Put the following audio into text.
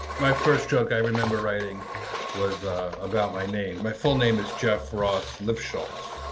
my first joke i remember writing was about my name. my full name is jeff ross lifschultz.